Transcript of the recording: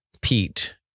Pete